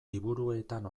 liburuetan